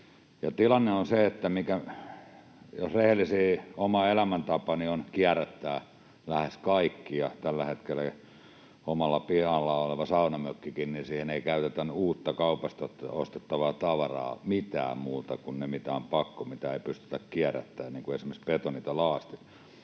tilanne on se, jos rehellisiä... oma elämäntapani on kierrättää lähes kaikki, ja tällä hetkellä omalla pihalla olevaan saunamökkiinkään ei käytetä uutta kaupasta ostettavaa tavaraa mitään muuta kuin ne, mitä on pakko, mitä ei pystytä kierrättämään, niin kun esimerkiksi betonit ja laastit.